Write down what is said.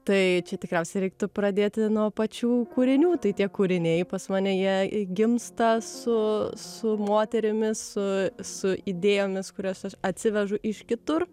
tai čia tikriausiai reiktų pradėti nuo pačių kūrinių tai tie kūriniai pas mane jie gimsta su su moterimis su su idėjomis kurias aš atsivežu iš kitur